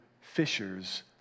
fishers